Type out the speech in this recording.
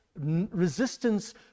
Resistance